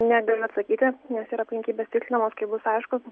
negaliu atsakyti nes yra aplinkybės tikslinamos kai bus aišku